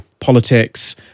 politics